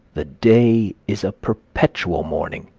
the day is a perpetual morning.